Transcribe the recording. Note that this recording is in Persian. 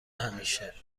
همیشه